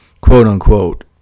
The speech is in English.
quote-unquote